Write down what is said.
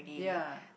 yeah